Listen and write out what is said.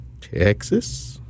Texas